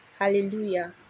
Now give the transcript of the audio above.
Hallelujah